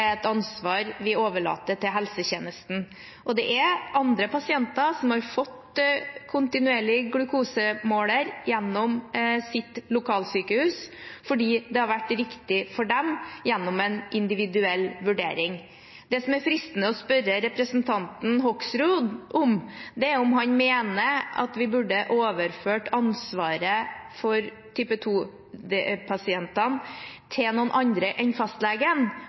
et ansvar vi overlater til helsetjenesten. Det er andre pasienter som har fått kontinuerlig glukosemåler gjennom sitt lokalsykehus etter en individuell vurdering, fordi det har vært riktig for dem. Det som det er fristende å spørre representanten Hoksrud om, er om han mener at vi burde overført ansvaret for type 2-diabetespasientene til noen andre enn fastlegen